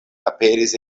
aperis